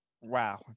Wow